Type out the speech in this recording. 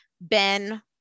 Ben-